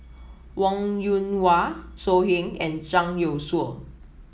Wong Yoon Wah So Heng and Zhang Youshuo